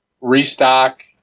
restock